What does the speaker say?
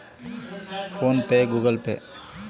ನನ್ನ ಫೋನ್ ಮೂಲಕ ಹೇಗೆ ಬಿಲ್ ಪಾವತಿ ಮಾಡಬಹುದು?